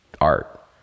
art